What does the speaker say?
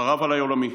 חרב עליי עולמי.